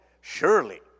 surely